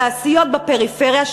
תעשיות בפריפריה,